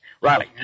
Riley